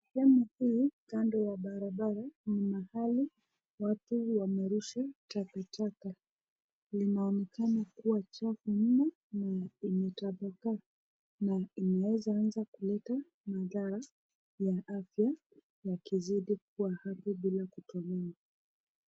Chafu hii, kando ya barabara ni mahali watu wanarusha takataka, linaonekana kuwa chafu mno na imetapakaa na inaweza anza kuleta madhara ya afya yakizidi kuwa hapa bila kutolewa.